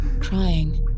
crying